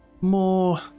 more